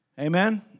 Amen